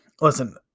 Listen